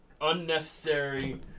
unnecessary